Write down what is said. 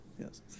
Yes